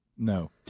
No